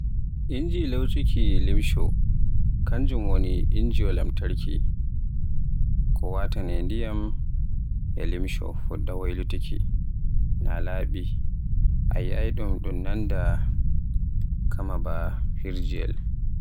Inji lauccuki limsho, kanjum woni injiwa lamtarki ko wataane ndiyam e limsho fuɗɗa waylitinki naa laaɓi. A yi'ai ɗun non kama baa firjiyel.